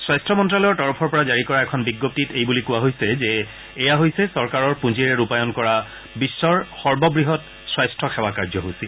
স্বাস্থ্য মন্ত্যালয়ৰ তৰফৰ পৰা জাৰি কৰা এখন বিজ্ঞপ্তিত এই বুলি কোৱা হৈছে যে এয়া হৈছে চৰকাৰৰ পুঁজিৰে ৰূপায়ণ কৰা বিশ্বৰ সৰ্ববৃহৎ স্বাস্থ্য সেৱা কাৰ্যসূচী